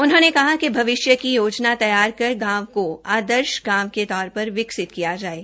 उन्होंने कहा कि भविष्य की योजना तैयार कर गांव को आदर्ष गांव के तौर पर विकसित किया जाये